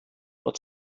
pot